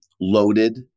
loaded